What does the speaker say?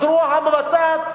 הזרוע המבצעת,